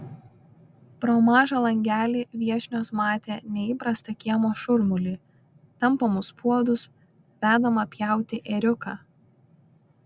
pro mažą langelį viešnios matė neįprastą kiemo šurmulį tampomus puodus vedamą pjauti ėriuką